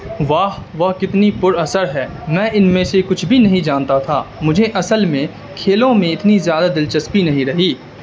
واہ وہ کتنی پر اثر ہے میں ان میں سے کچھ بھی نہیں جانتا تھا مجھے اصل میں کھیلوں میں اتنی زیادہ دلچسپی نہیں رہی